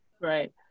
Right